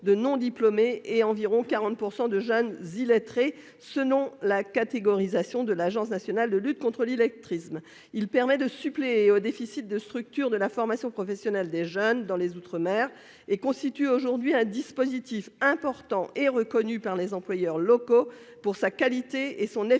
de non diplômés et environ 40 % de jeunes illettrés, selon la catégorisation de l'Agence nationale de lutte contre l'illettrisme. Il permet de suppléer au déficit de structures dans le domaine de la formation professionnelle des jeunes dans les outre-mer et constitue aujourd'hui un dispositif important et reconnu par les employeurs locaux pour sa qualité et son efficacité